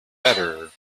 better